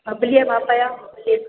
बबली जे माप जा उहे